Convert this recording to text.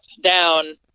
down